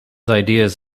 ideas